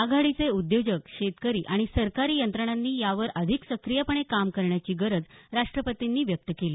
आघाडीचे उद्योजक शेतकरी आणि सरकारी यंत्रणांनी यावर अधिक सक्रीयपणे काम करण्याची गरज राष्ट्रपतींनी व्यक्त केली